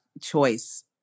choice